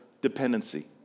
dependency